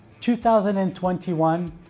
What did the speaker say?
2021